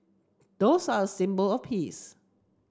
doves are a symbol of peace